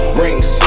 rings